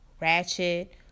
ratchet